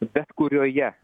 bet kurioje